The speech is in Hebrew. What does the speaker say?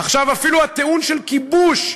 עכשיו אפילו הטיעון של כיבוש,